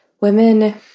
women